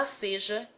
seja